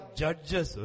judges